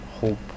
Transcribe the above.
hope